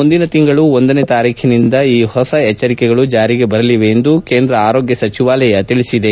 ಮುಂದಿನ ತಿಂಗಳು ಒಂದನೇ ತಾರೀಖನಿಂದ ಈ ಹೊಸ ಎಚ್ಚರಿಕೆಗಳು ಜಾರಿಗೆ ಬರಲವೆ ಎಂದು ಕೇಂದ್ರ ಆರೋಗ್ಯ ಸಚಿವಾಲಯ ತಿಳಿಸಿದೆ